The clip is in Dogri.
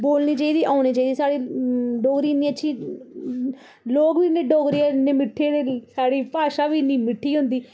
बोलनी चाहिदी ओनी चाहिदी साढ़ी डोगरी इन्नी अच्छी लोग बी डोगरे इन्ने मीठे होंदे साढ़ी भाशा बी इन्नी मीठी होंदी